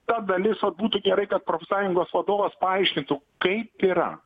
ta dalis vat būtų gerai kad profsąjungos vadovas paaiškintų kaip yra